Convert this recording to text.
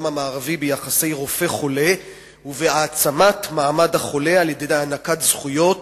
המערבי ביחסי רופא חולה ובהעצמת מעמד החולה על-ידי הענקת זכויות